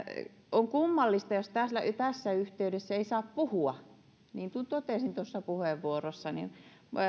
on kummallista jos tässä yhteydessä ei saa puhua siitä niin kuin totesin tuossa puheenvuorossani